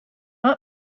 not